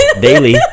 daily